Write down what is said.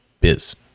biz